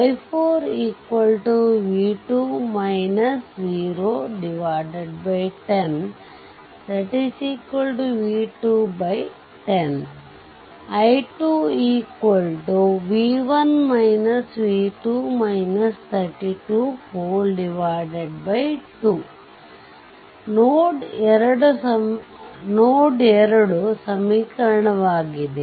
i4 10 v2 10 i2 2 node 2 ಸಮೀಕರಣವಾಗಿದೆ